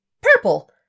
Purple